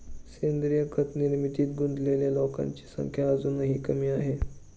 सेंद्रीय खत निर्मितीत गुंतलेल्या लोकांची संख्या अजूनही कमी आहे